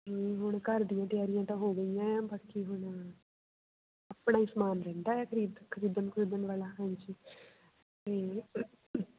ਹੁਣ ਘਰ ਦੀਆਂ ਤਿਆਰੀਆਂ ਤਾਂ ਹੋ ਗਈਆਂ ਹੈ ਬਾਕੀ ਹੁਣ ਆਪਣਾ ਹੀ ਸਮਾਨ ਰਹਿੰਦਾ ਹੈ ਖਰੀਦ ਖਰੀਦਣ ਖਰੂਦਣ ਵਾਲਾ ਹਾਂਜੀ ਅਤੇ